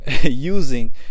using